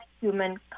human